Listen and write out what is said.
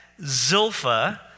Zilpha